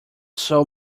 sole